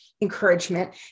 encouragement